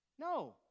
No